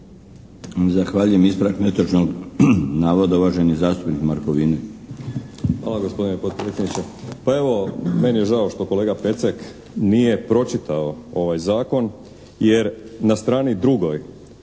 Zahvaljujem. Ispravak netočnog navoda, uvaženi zastupnik Markovinović.